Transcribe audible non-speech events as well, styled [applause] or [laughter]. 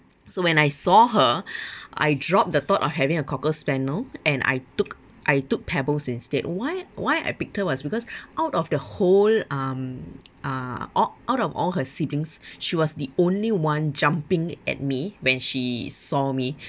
so when I saw her [breath] I drop the thought of having a cocker spaniel and I took I took pebbles instead why why I picked her was because out of the whole um uh o~ out of all her siblings [breath] she was the only one jumping at me when she saw me [breath]